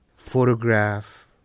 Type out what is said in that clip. Photograph